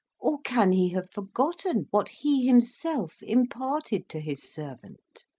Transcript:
or can he have forgotten what he himself imparted to his servant?